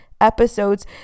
episodes